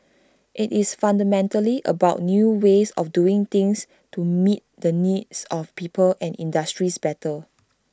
IT is fundamentally about new ways of doing things to meet the needs of people and industries better